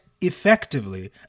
effectively